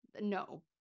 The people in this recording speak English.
no